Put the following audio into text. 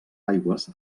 aigües